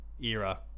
era